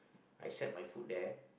I set my foot there